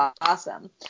awesome